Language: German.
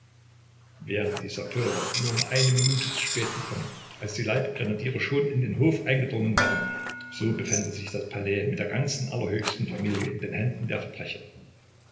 wären die sappeure nur um eine minute zu spät gekommen als die leibgrenadiere schon in den hof eingedrungen waren so befände sich das palais mit der ganzen allerhöchsten familie in händen der verbrecher